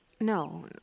No